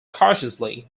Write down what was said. cautiously